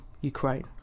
Ukraine